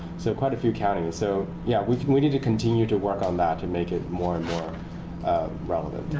so quite a few counties. so yeah, we we need to continue to work on that to make it more and more relevant.